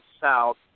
south